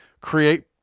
create